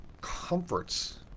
comforts